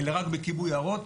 אלא רק בכיבוי יערות.